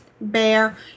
bear